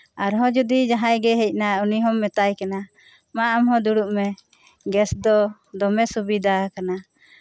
ᱟᱨᱦᱚᱸ ᱡᱩᱫᱤ ᱡᱟᱦᱟᱸᱭ ᱜᱮᱭ ᱦᱮᱡ ᱮᱱᱟ ᱩᱱᱤ ᱦᱚᱸᱢ ᱢᱮᱛᱟᱭ ᱠᱟᱱᱟ ᱢᱟ ᱟᱢ ᱦᱚᱸ ᱫᱩᱸᱲᱩᱵ ᱢᱮ ᱜᱮᱥ ᱫᱚ ᱫᱚᱢᱮ ᱥᱩᱵᱤᱫᱟᱣᱟᱠᱟᱱᱟ